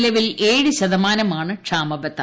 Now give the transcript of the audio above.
നിലവിൽ ഏഴ് ശതമാനമാണ് ക്ഷാമബത്ത